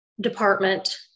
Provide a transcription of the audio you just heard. department